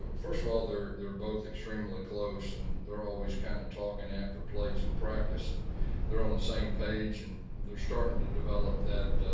first of all, they're they're both extremely close. and they're always kind of talking after plays in practice, and they're on the same page. and they're starting to develop that,